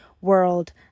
world